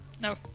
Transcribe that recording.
No